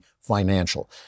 Financial